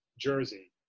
jersey